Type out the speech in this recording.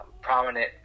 prominent